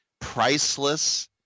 priceless